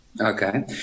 Okay